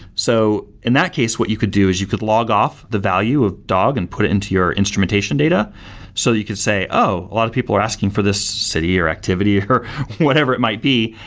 so in that case, what you could do is you could log off the value of dog and put it into your instrumentation data so that you can say, oh, a lot of people are asking for this city, or activity, or whatever it might be,